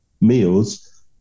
meals